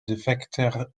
defekter